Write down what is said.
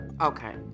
Okay